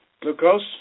Glucose